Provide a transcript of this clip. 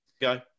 Go